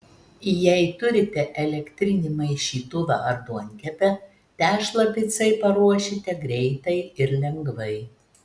jei turite elektrinį maišytuvą ar duonkepę tešlą picai paruošite greitai ir lengvai